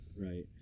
Right